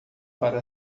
para